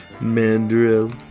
Mandrill